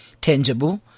tangible